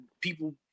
People